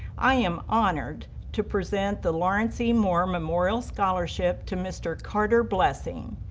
i am honored to present the lawrence e. moore memorial scholarship to mr. carter blessing.